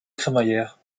crémaillère